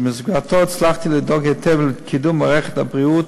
ואשר במסגרתו הצלחתי לדאוג היטב לקידום מערכת הבריאות